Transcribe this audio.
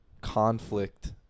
conflict